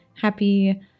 happy